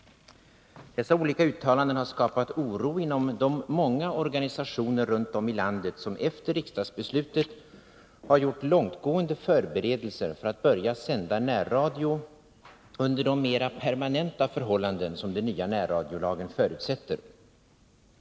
Dessa olika uttalanden har skapat oro inom de många organisationer runt omi landet som efter riksdagsbeslutet gjort långtgående förberedelser för att börja sända närradio under de mera permanenta förhållanden som den nya närradiolagen förutsätter.